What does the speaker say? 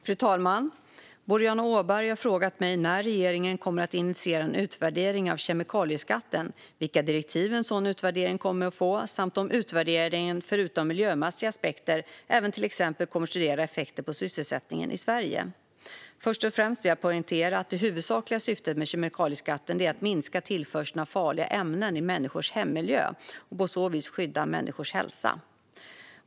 Fru talman! har frågat mig när regeringen kommer att initiera en utvärdering av kemikalieskatten, vilka direktiv en sådan utvärdering kommer att få samt om utvärderingen förutom miljömässiga aspekter även till exempel kommer att studera effekter på sysselsättningen i Sverige. Först och främst vill jag poängtera att det huvudsakliga syftet med kemikalieskatten är att minska tillförseln av farliga ämnen till människors hemmiljö och på så vis skydda människors hälsa.